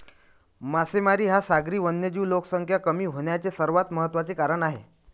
मासेमारी हा सागरी वन्यजीव लोकसंख्या कमी होण्याचे सर्वात महत्त्वाचे कारण आहे